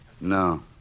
No